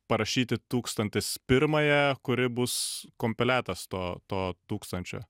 parašyti tūkstantis pirmąją kuri bus kompiletas to to tūkstančio